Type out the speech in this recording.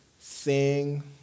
sing